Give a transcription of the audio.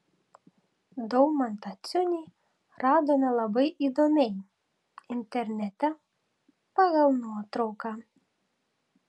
daumantą ciunį radome labai įdomiai internete pagal nuotrauką